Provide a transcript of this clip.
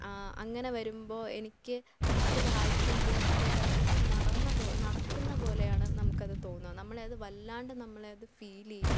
അങ്ങനെ വരുമ്പോൾ എനിക്ക് അത് വായിക്കുമ്പോൾ അത് യഥാർത്ഥത്തിൽ നടന്നപോ നടക്കുന്ന പോലെയാണ് നമുക്കത് തോന്നുക നമ്മളെ അത് വല്ലാണ്ട് നമ്മളെ അത് ഫീൽ ചെയ്യും